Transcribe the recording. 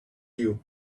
you